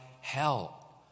hell